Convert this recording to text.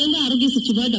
ಕೇಂದ್ರ ಆರೋಗ್ಯ ಸಚಿವ ಡಾ